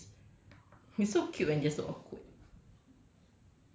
he loves her as she is he so cute when they're so awkward